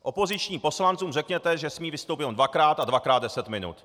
Opozičním poslancům řeknete, že smějí vystoupit jenom dvakrát a dvakrát deset minut.